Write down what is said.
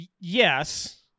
Yes